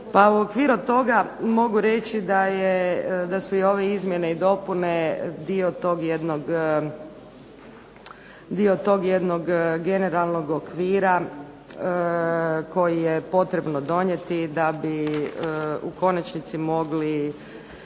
pa u okviru toga mogu reći da su i ove izmjene i dopune dio tog jednog generalnog okvira koji je potrebno donijeti da bi u konačnici mogli